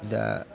दा